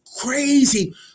crazy